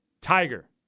Tiger